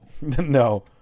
No